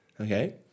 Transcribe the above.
Okay